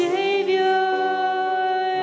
Savior